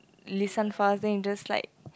listen first then you just like